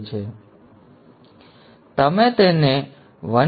તેથી તમે તેને 1